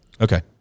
Okay